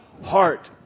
heart